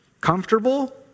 comfortable